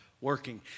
working